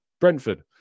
Brentford